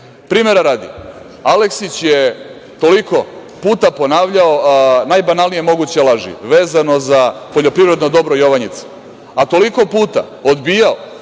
radi, Aleksić je toliko puta ponavljao najbanalnije moguće laži vezano za poljoprivredno dobro „Jovanjica“, a toliko puta odbijao